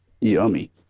Yummy